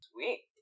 Sweet